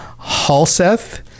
Halseth